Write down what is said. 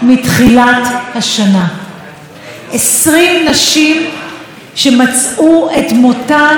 20 נשים שמצאו את מותן על ידי בן הזוג שלהן.